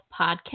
Podcast